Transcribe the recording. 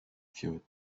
führt